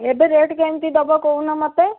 ଏବେ ରେଟ୍ କେମିତି ଦେବ କହୁନ ମୋତେ